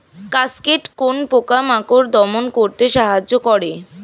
Cascade কোন পোকা মাকড় দমন করতে সাহায্য করে?